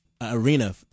arena